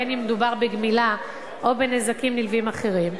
בין שמדובר בגמילה ובין בנזקים נלווים אחרים.